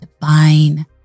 divine